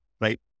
right